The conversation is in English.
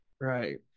right